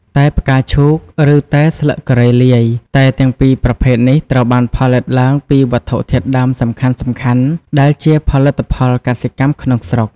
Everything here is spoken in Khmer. តែផ្កាឈូក ឬតែស្លឹកគ្រៃលាយ តែទាំងពីរប្រភេទនេះត្រូវបានផលិតឡើងពីវត្ថុធាតុដើមសំខាន់ៗដែលជាផលិតផលកសិកម្មក្នុងស្រុក។